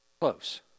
Close